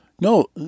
No